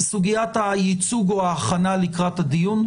סוגיית הייצוג או ההכנה לקראת הדיון.